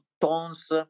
tons